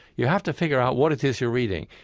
you have to figure out what it is you're reading.